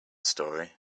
story